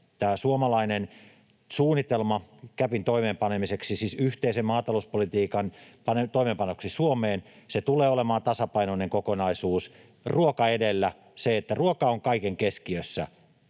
suomalainen suunnitelma CAPin toimeenpanemiseksi, siis yhteisen maatalouspolitiikan toimeenpanoksi Suomeen — tulee olemaan tasapainoinen kokonaisuus — ruoka edellä, se, että ruoka on kaiken keskiössä